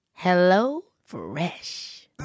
HelloFresh